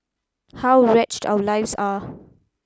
how wretched our lives are